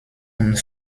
und